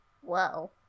Whoa